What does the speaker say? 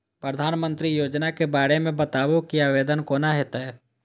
प्रधानमंत्री योजना के बारे मे बताबु की आवेदन कोना हेतै?